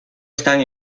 están